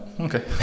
okay